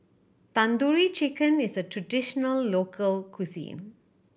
Tandoori Chicken is a traditional local cuisine